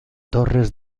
torres